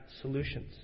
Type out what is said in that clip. solutions